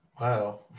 Wow